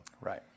right